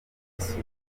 kubasura